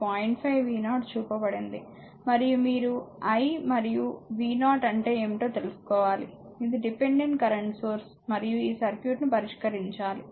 5 v0 చూపబడింది మరియు మీరు i మరియు v0 అంటే ఏమిటో తెలుసుకోవాలి ఇది డిపెండెంట్ కరెంట్ సోర్స్ మరియు ఈ సర్క్యూట్ను పరిష్కరించాలి